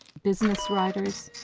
business writers.